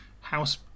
House